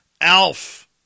Alf